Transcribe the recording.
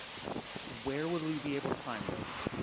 so where would we be able to find those?